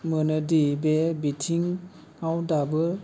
मोनोदि बे बिथिङाव दाबो